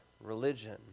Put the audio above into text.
religion